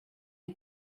you